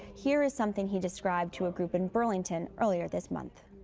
here is something he described to a group in burlington earlier this month.